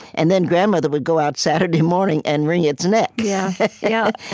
and then, grandmother would go out saturday morning and wring its neck. yeah yeah